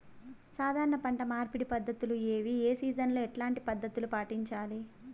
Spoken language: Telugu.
సాధారణ పంట మార్పిడి పద్ధతులు ఏవి? ఏ సీజన్ లో ఎట్లాంటి పద్ధతులు పాటించాలి?